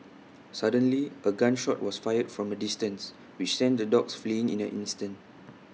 suddenly A gun shot was fired from A distance which sent the dogs fleeing in an instant